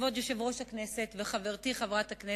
כבוד היושב-ראש וחברתי חברת הכנסת,